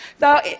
Now